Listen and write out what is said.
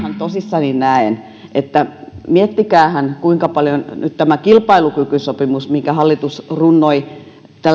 tosissani näen että miettikäähän kuinka paljon nyt tämä kilpailukykysopimus minkä hallitus runnoi